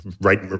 right